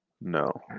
No